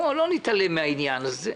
לא נתעלם מן העניין הזה.